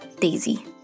daisy